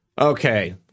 Okay